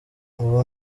ubu